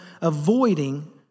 avoiding